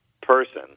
person